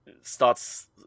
starts